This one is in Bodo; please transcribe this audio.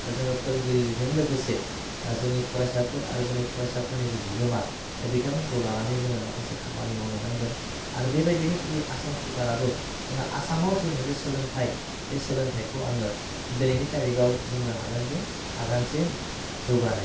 जोङो फोरोंगिरिजों लोगोसे जोंनि फरायसाफोर आरो जोंनि फरायसाफोरनि जि बिगोमा दा बिथांमोनखौ लानानै जोङो माखासे खामानि मावनो नांगोन आरो बेबायदिनो जुदि आसाम सरकाराबो जोङो आसामाव जे मोनसे सोलोंथाइ बे सोलोंथाइखौ आङो दिनैनि थारिगाव बुंनो हागोन जे आगानसे जौगानाय